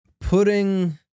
putting